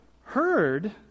heard